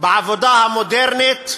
בעבודה המודרנית,